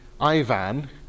Ivan